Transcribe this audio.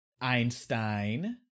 Einstein